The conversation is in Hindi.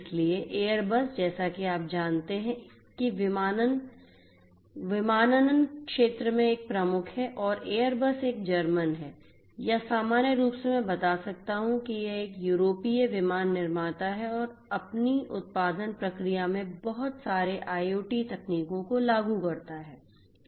इसलिए एयरबस जैसा कि आप जानते हैं कि विमानन क्षेत्र में एक प्रमुख है और एयरबस एक जर्मन है या सामान्य रूप से मैं बता सकता हूं कि यह एक यूरोपीय विमान निर्माता है और यह अपनी उत्पादन प्रक्रिया में बहुत सारे IoT तकनीकों को लागू करता है